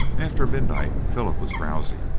after midnight philip was drowsy,